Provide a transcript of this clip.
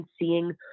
seeing